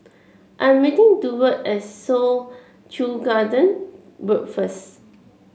I am meeting Duard at Soo Chow Garden Road first